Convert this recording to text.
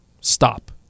stop